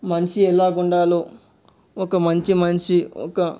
మనిషి ఎలాగ ఉండాలో ఒక మంచి మనిషి ఒక